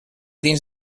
dins